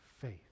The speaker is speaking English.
faith